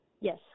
Yes